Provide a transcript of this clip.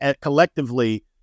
collectively